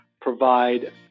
provide